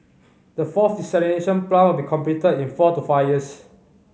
the fourth desalination plant will be completed in four to five years